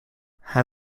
hij